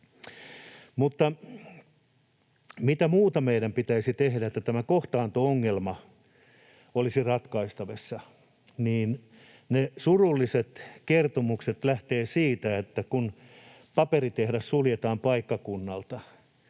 Mutta mitä muuta meidän pitäisi tehdä, että tämä kohtaanto-ongelma olisi ratkaistavissa? Ne surulliset kertomukset lähtevät siitä, että kun paperitehdas suljetaan paikkakunnalta,